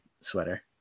sweater